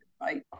right